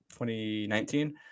2019